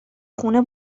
خونه